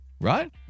right